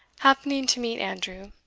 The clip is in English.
happening to meet andrew,